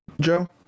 Joe